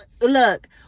look